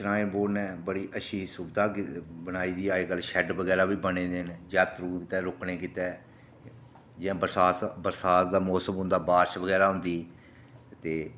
shrine board नै बड़ी अच्छी सुविधा बनाई दी अजकल शैड बी बने दे न जात्तरू आस्तै रुकने आस्तै जां बरसात दा मौसम होंदा बरसात होंदी ते